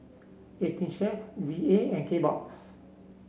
Eighteen Chef Z A and Kbox